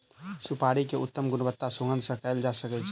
सुपाड़ी के उत्तम गुणवत्ता सुगंध सॅ कयल जा सकै छै